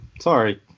sorry